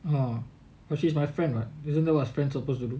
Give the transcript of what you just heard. oh well she's my friend [what] isn't that what friends are supposed to do